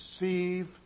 receive